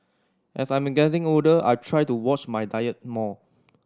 as I am getting older I try to watch my diet more